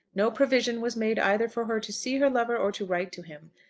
no provision was made either for her to see her lover or to write to him.